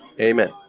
Amen